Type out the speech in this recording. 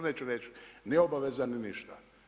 Neću reći neobavezan ni ništa.